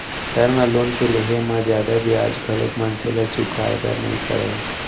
term loan के लेहे म जादा बियाज घलोक मनसे ल चुकाय बर नइ परय